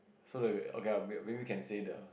so that err okay err maybe we can say the